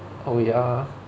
oh ya ah